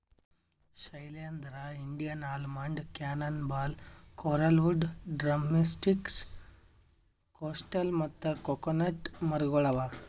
Shailendra, Indian almond, cannon ball, coralwood, drumstick, coastal ಮತ್ತ coconut ಮರಗೊಳ್ ಅವಾ